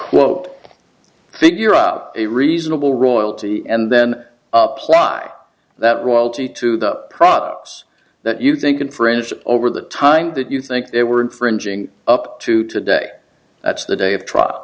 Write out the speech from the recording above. quote figure out a reasonable royalty and then apply that royalty to the products that you think infringe over the time that you think they were infringing up to today that's the day of trial